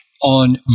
on